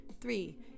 three